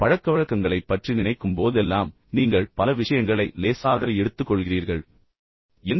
நீங்கள் பழக்கவழக்கங்களைப் பற்றி நினைக்கும் போதெல்லாம் நீங்கள் பல விஷயங்களை லேசாக எடுத்துக்கொள்கிறீர்கள் என்பதை உங்களுக்கு புரிய வைக்க முயற்சித்தேன்